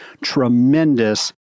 tremendous